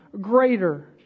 Greater